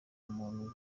umuntu